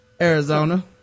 Arizona